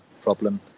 problem